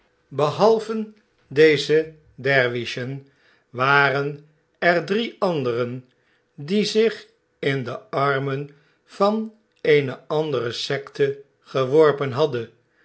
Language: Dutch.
behalve deze dervischen waren er drie anderen die zich in de armen van eene andere sekte geworpen hadden